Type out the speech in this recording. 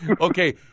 Okay